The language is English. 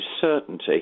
certainty